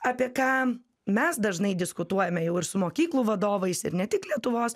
apie ką mes dažnai diskutuojame jau ir su mokyklų vadovais ir ne tik lietuvos